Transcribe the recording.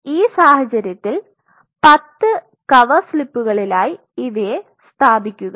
അതിനാൽ ഈ സാഹചര്യത്തിൽ 10 കവർ സ്ലിപ്പുകളിലായി ഇവയെ സ്ഥാപിക്കുക